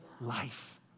life